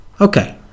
okay